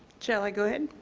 shall i go ahead,